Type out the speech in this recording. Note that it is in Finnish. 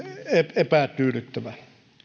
epätyydyttävä